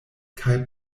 kaj